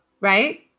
Right